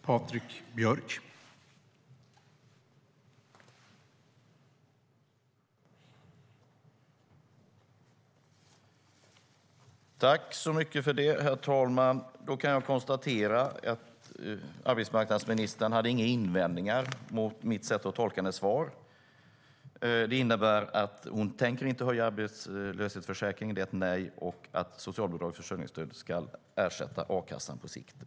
Herr talman! Jag kan konstatera att arbetsmarknadsministern inte hade några invändningar mot mitt sätt att tolka hennes svar. Det innebär att hon inte tänker höja arbetslöshetsförsäkringen - det är ett nej - och att socialbidraget, försörjningsstödet, ska ersätta a-kassan på sikt.